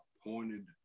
appointed